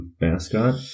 mascot